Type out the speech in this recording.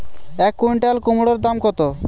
এক কুইন্টাল কুমোড় দাম কত?